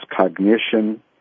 cognition